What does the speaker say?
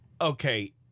okay